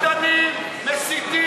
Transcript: אנחנו קוראים, אתם מסיתים.